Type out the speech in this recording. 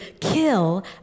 kill